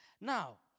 Now